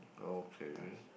okay